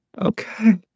Okay